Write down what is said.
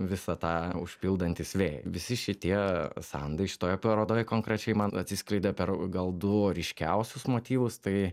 visą tą užpildantys vėjai visi šitie sandai šitoje parodoje konkrečiai man atsiskleidė per gal du ryškiausius motyvus tai